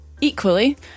Equally